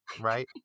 right